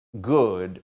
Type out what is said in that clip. good